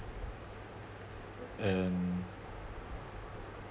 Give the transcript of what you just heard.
and